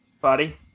Buddy